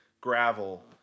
gravel